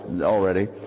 already